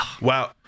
Wow